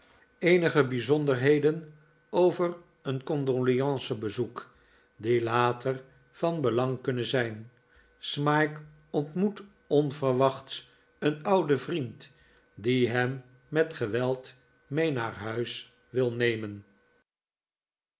eenige bijzonderheden over een condoleantie bezoek die later van belang kunnen zijn smike ontmoet onverwachts een ouden vriend die hem met geweld mee naar huis wil nemen